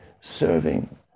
serving